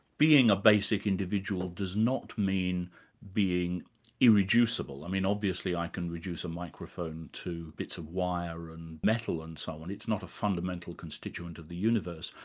being a basic individual does not mean being irreducible. i mean, obviously i can reduce a microphone to bits of wire and metal and so on, it's not a fundamental constituent of the universe,